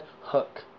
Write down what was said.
Hook